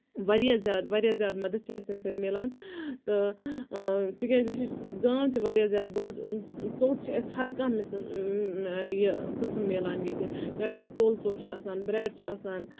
واریاہ زیادٕ واریاہ زیادٕ مدد چھُ اَسہِ تَمہِ سۭتۍ مِلان تہٕ تِکیازِ یہِ چھُ گام تہِ واریاہ زیادٕ بوٚڑ ژوٚٹ چھِ أسۍ ہَر کانہہ یہِ قسٕم مِلان ییٚتہِ چاہے سُہ تولہٕ ژوٚٹ چھِ آسان برٮ۪ڈ چھِ آسان